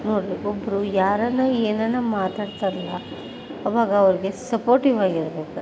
ನೋಡಬೇಕು ಒಬ್ಬರು ಯಾರಾದ್ರು ಏನಾದ್ರು ಮಾತಾಡ್ತಾರಲ್ಲ ಅವಾಗ ಅವರಿಗೆ ಸಪೋರ್ಟಿವಾಗಿರಬೇಕು